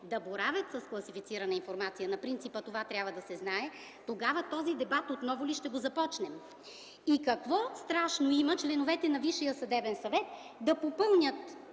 да боравят с класифицирана информация на принципа: това трябва да се знае. Тогава този дебат отново ли ще го започнем? И какво страшно има членовете на Висшия съдебен съвет да попълнят